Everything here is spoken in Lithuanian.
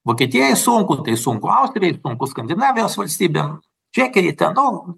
vokietijai sunku tai sunku austrijai sunku skandinavijos valstybėm čekijai ten nu